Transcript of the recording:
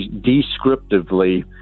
descriptively